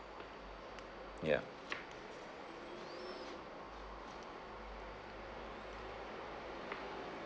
ya